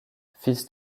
fils